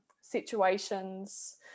situations